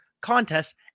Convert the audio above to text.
contests